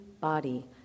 body